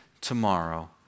tomorrow